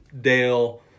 Dale